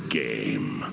game